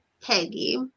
Peggy